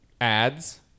ads